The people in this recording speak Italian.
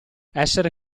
essere